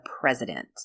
president